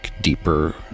deeper